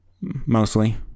mostly